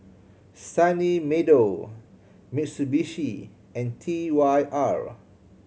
Sunny Meadow Mitsubishi and T Y R